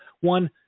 one